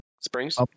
springs